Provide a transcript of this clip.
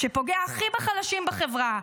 שהכי פוגע בחלשים בחברה,